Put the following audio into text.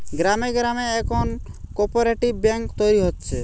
গ্রামে গ্রামে এখন কোপরেটিভ বেঙ্ক তৈরী হচ্ছে